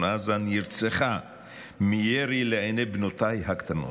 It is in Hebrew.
עזה נרצחה מירי לעיני בנותיי הקטנות.